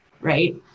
Right